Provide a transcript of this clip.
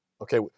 Okay